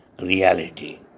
reality